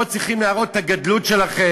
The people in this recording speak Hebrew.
פה אתם צריכים להראות את הגדלות שלכם,